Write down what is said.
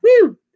Woo